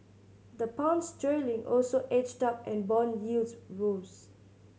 the Pound sterling also edged up and bond yields rose